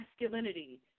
masculinity